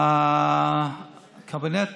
הקבינט